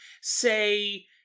say